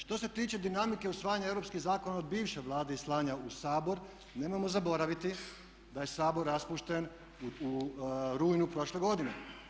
Što se tiče dinamike usvajanja zakona od bivše Vlade i slanja u Sabor nemojmo zaboraviti da je Sabor raspušten u rujnu prošle godine.